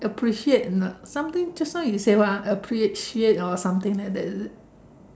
appreciate or not something just now you say what ah appreciate or something like that is it